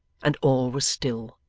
and all was still.